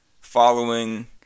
following